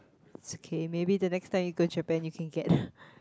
is okay maybe the next time you go Japan you can get